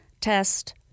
Test